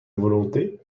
volonté